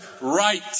right